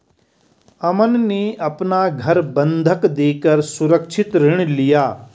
अमन ने अपना घर बंधक देकर सुरक्षित ऋण लिया